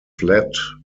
flat